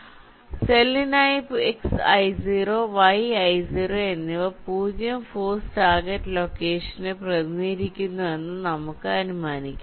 അതിനാൽ സെല്ലിനായി xi0 yi0 എന്നിവ 0 ഫോഴ്സ് ടാർഗെറ്റ് ലൊക്കേഷനെ പ്രതിനിധീകരിക്കുന്നുവെന്ന് നമുക്ക് അനുമാനിക്കാം